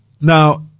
Now